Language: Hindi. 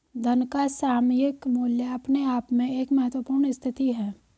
धन का सामयिक मूल्य अपने आप में एक महत्वपूर्ण स्थिति है